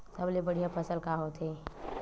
सबले बढ़िया फसल का होथे?